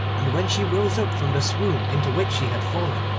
and when she rose up from the swoon into which she had fallen,